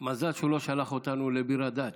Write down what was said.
מזל שהוא לא שלח אותנו לביר הדאג'.